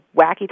wacky